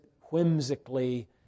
whimsically